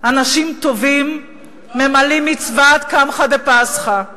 אנשים טובים ממלאים מצוות קמחא דפסחא.